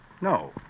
No